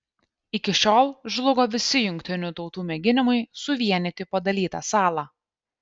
iki šiol žlugo visi jungtinių tautų mėginimai suvienyti padalytą salą